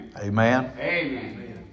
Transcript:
Amen